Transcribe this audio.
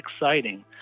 exciting